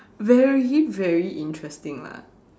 very very interesting lah